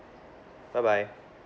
bye bye